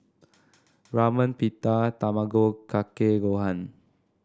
Ramen Pita Tamago Kake Gohan